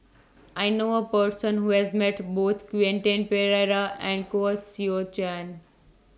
I know A Person Who has Met Both Quentin Pereira and Koh Seow Chan